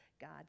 God